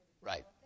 Right